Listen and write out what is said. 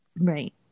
Right